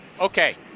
Okay